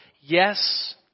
yes